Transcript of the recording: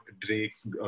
Drake's